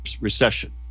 Recession